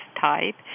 type